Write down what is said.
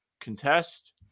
contest